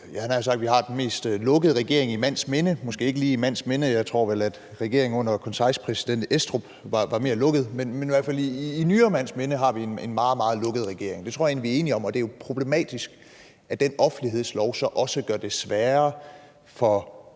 jeg nær sagt, har den mest lukkede regering i mands minde – måske ikke lige i mands minde, for jeg tror, at regeringen under konseilspræsident Estrup var mere lukket, men i hvert fald i nyere mands minde har vi en meget, meget lukket regering. Det tror jeg egentlig vi er enige om, og det er jo problematisk, at den offentlighedslov så også gør det sværere for